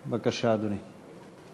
בבקשה, אדוני.